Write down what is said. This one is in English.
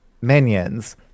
minions